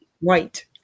White